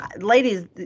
ladies